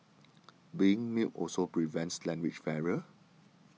being mute also prevents language barrier